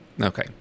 Okay